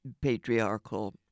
patriarchal